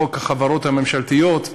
בחוק החברות הממשלתיות,